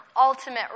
ultimate